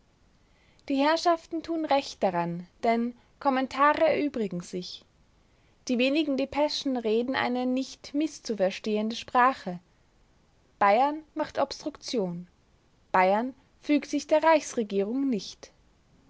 die herrschaften tun recht daran denn kommentare erübrigen sich die wenigen depeschen reden eine nicht mißzuverstehende sprache bayern macht obstruktion bayern fügt sich der reichsregierung nicht